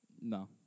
No